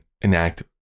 enact